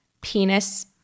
penis